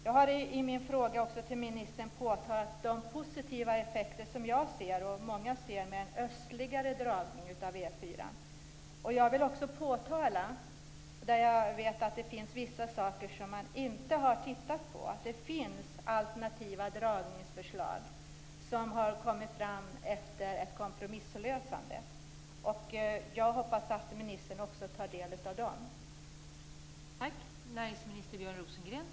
Jag har i min fråga till ministern också påpekat de positiva effekter som jag och många andra ser med en östlig dragning av E 4:an. Jag vet att det finns vissa saker som man inte har tittat på. Det finns alternativa dragningsförslag som har kommit fram som en kompromisslösning. Jag hoppas att ministern också tar del av dem.